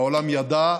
והעולם ידע,